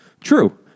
True